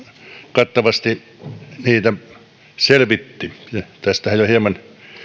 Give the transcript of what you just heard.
kattavasti niitä selvitti tästähän jo hieman